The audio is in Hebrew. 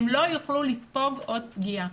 הם לא יוכלו לספוג עוד פגיעה.